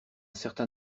certain